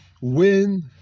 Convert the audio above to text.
win